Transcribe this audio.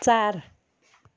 चार